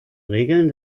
regeln